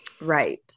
right